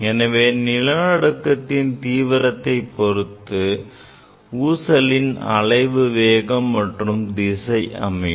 எனவே நிலநடுக்கத்தின் தீவிரத்தைப் பொருத்து ஊசலின் அலைவு வேகம் மற்றும் திசை அமையும்